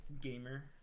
gamer